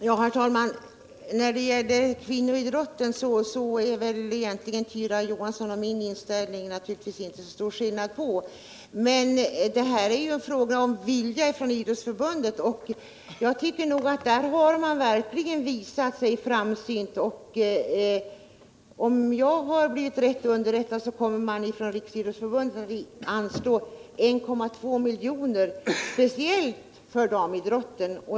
Herr talman! Det är egentligen inte så stor skillnad mellan min och Tyra Johanssons inställning tll kvinnoidrouen. Men det är här fråga om Riksidrottsförbundets vilja. Jag tycker att förbundet verkligen har visat sig framsynt. Om jag är rätt underrättad. kommer Riksidrousförbundet att anslå 1,2 milj.kr. speciellt till damidrotten.